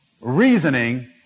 reasoning